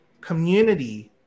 community